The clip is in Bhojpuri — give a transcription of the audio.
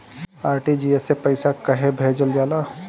आर.टी.जी.एस से पइसा कहे भेजल जाला?